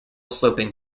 sloping